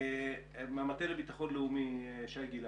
מהמטה לביטחון לאומי, שי גלעד.